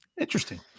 Interesting